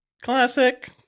Classic